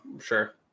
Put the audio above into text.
sure